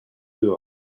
dehors